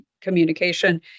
communication